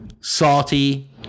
Salty